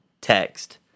text